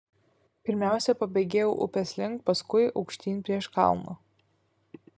pirmiausia pabėgėjau upės link paskui aukštyn prieš kalną